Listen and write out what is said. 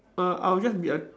err I'll just be a